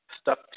stuck